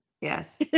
Yes